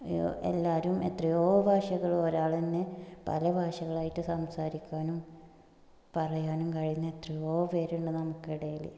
എല്ലാവരും എത്രയോ ഭാഷകൾ ഒരാൾ തന്നെ പല ഭാഷകളായിട്ട് സംസാരിക്കാനും പറയാനും കഴിയുന്ന എത്രയോ പേരുണ്ട് നമുക്കിടയിൽ